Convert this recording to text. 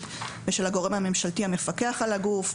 ושל הגורם הממשלתי המפקח על הגוף,